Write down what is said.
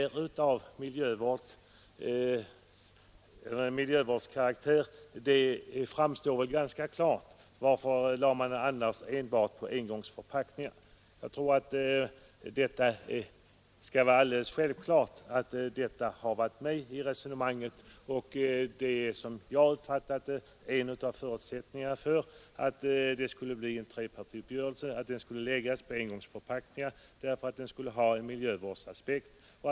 Att förslaget har samband med miljövård framstår väl ganska klart. Varför föreslås annars avgift enbart på engångsförpackningar? Självklart har talet om miljövården varit med i resonemanget. Som jag har uppfattat det var en av förutsättningarna för att det skulle bli en trepartiuppgörelse att avgiften skulle läggas på engångsförpackningarna därför att den var betingad av miljövårdsaspekter.